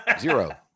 Zero